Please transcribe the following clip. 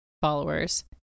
followers